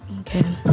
Okay